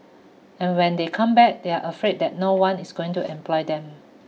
and when they come back they are afraid that no one is going to employ them